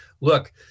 look